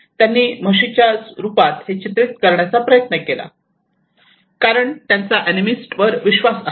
त्यांनी म्हशीच्या रूपात हे चित्रित करण्याचा प्रयत्न केला कारण त्यांचा अॅनिमिस्ट वर विश्वास आहे